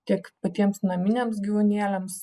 tiek patiems naminiams gyvūnėliams